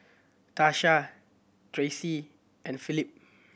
Tasha Tracie and Philip